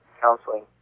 counseling